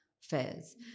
fairs